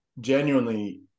genuinely